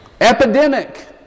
Epidemic